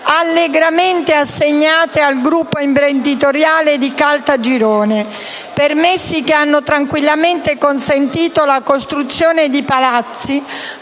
allegramente assegnate al gruppo imprenditoriale Caltagirone. Permessi che hanno tranquillamente consentito la costruzione di palazzi